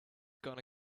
gonna